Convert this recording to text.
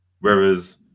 Whereas